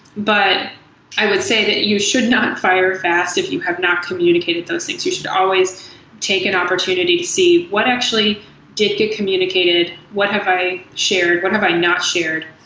but i would say that you should not fire fast if you have not communicated those things. you should always take an opportunity to see what actually did get communicated. what have i shared? what have i not shared?